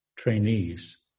trainees